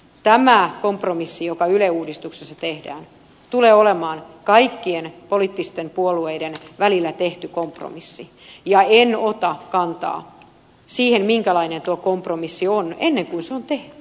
tämä kompromissi joka yle uudistuksessa tehdään tulee olemaan kaikkien poliittisten puolueiden välillä tehty kompromissi ja en ota kantaa siihen minkälainen tuo kompromissi on ennen kuin se on tehty